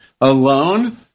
alone